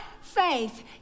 faith